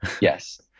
Yes